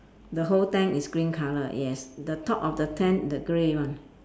the whole tent is green colour yes the top of the tent the grey one